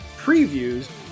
previews